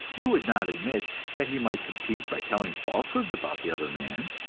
you would not admit that he might compete by telling falsehoods about the other man.